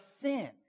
sin